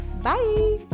Bye